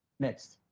next.